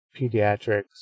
pediatrics